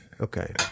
Okay